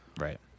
right